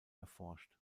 erforscht